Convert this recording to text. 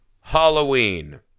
Halloween